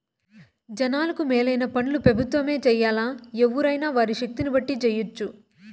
జనాలకు మేలైన పన్లు పెబుత్వమే జెయ్యాల్లా, ఎవ్వురైనా వారి శక్తిని బట్టి జెయ్యెచ్చు